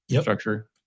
structure